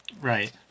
Right